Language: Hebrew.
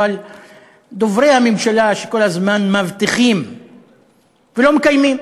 אבל דוברי הממשלה כל הזמן מבטיחים ולא מקיימים